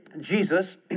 Jesus